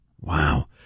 Wow